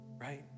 Right